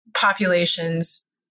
populations